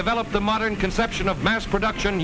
developed the modern conception of mass production